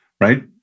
right